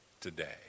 today